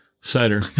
cider